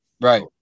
Right